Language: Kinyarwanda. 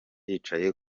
yicaye